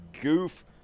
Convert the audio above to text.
goof